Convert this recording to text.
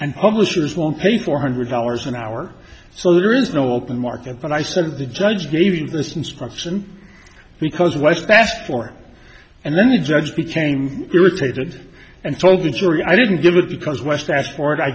and publishers won't pay four hundred dollars an hour so there is no open market but i said of the judge gave him this instruction because what's best for him and then the judge became irritated and told the jury i didn't give it because west asked for it i